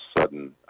sudden